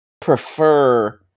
prefer